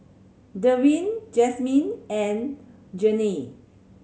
Derwin Jazmine and Jeannie